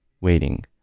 waiting